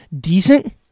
decent